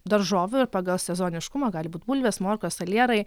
daržovių ir pagal sezoniškumą gali būt bulvės morkos salierai